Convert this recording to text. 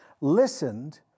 Listened